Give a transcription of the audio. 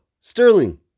Sterling